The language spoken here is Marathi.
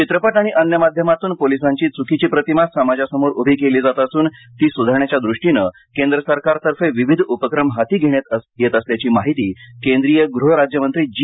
चित्रपट आणि अन्य माध्यमातून पोलिसांची चुकीची प्रतिमा समाजासमोर उभी केली जात असून ती सुधारण्याच्या दुष्टीनं केंद्र सरकारतर्फे विविध उपक्रम हाती घेण्यात येत असल्याची माहिती केंद्रीय गृह राज्यमंत्री जी